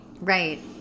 Right